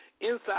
inside